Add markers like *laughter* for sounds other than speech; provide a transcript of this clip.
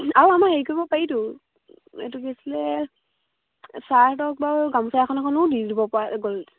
আৰু আমাৰ হেৰি কৰিব পাৰিতো এইটো কি আছিলে চাৰ্ট *unintelligible* বাৰু গামোচা এখন এখনো দি দিব *unintelligible* গ'ল